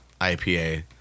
IPA